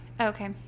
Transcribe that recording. Okay